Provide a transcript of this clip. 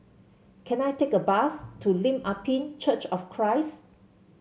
can I take a bus to Lim Ah Pin Church of Christ